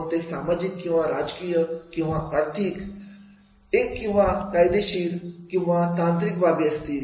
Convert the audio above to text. मग ते सामाजिक किंवा राजकीय किंवा आर्थिक एक किंवा कायदेशीर किंवा तांत्रिक बाबी असतील